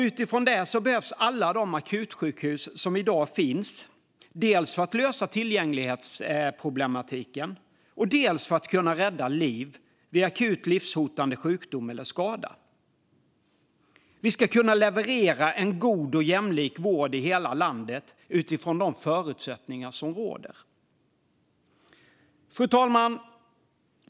Utifrån det behövs alla de akutsjukhus som finns i dag, dels för att lösa tillgänglighetsproblematiken, dels för att kunna rädda liv vid akut livshotande sjukdom eller skada. Vi ska kunna leverera en god och jämlik vård i hela landet utifrån de förutsättningar som råder. Fru talman!